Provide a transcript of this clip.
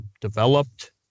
developed